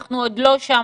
אנחנו עוד לא שם.